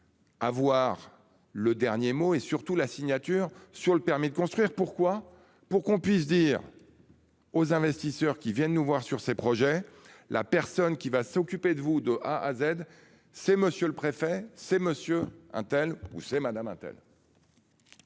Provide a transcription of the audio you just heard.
Avoir le dernier mot et surtout la signature sur le permis de construire. Pourquoi, pour qu'on puisse dire. Aux investisseurs qui viennent nous voir, sur ces projets. La personne qui va s'occuper de vous, de A à Z, c'est monsieur le préfet, c'est monsieur Untel ou c'est madame untel.